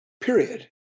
Period